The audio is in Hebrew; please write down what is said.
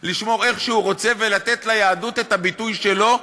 לשמור איך שהוא רוצה ולתת ליהדות את הביטוי שלו,